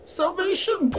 salvation